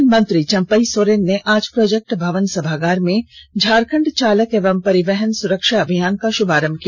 परिवहन मंत्री चंपई सोरेन ने आज प्रोजेक्ट भवन सभागार में झारखंड चालक एवं परिवहन सुरक्षा अभियान का शुभारंभ किया